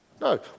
No